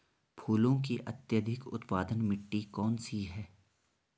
फूलों की अत्यधिक उत्पादन मिट्टी कौन सी है?